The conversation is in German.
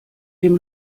dem